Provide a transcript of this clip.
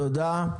תודה.